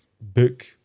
book